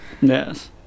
Yes